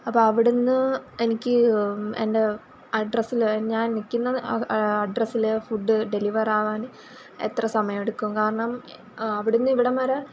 അപ്പം അവിടെനിന്ന് എനിക്ക് എൻ്റെ അഡ്രസ്സിൽ ഞാൻ നിൽക്കുന്ന അഡ്രസ്സിൽ ഫുഡ് ഡെലിവറാവാൻ എത്ര സമയമെടുക്കും കാരണം അവിടെനിന്ന് ഇവിടം വരെ